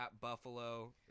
Buffalo